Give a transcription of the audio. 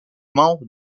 membres